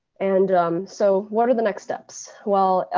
and so what are the next steps? well,